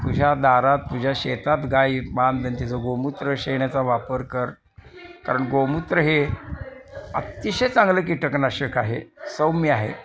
तुझ्या दारात तुझ्या शेतात गाई बांध आणि तिचं गोमूत्र शेण याचा वापर कर कारण गोमूत्र हे अत्तिशय चांगलं कीटकनाशक आहे सौम्य आहे